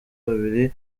babiri